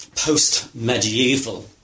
Post-medieval